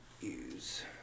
use